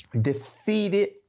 defeated